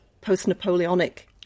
post-Napoleonic